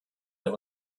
der